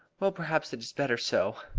well, perhaps it is better so.